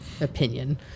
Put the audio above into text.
opinion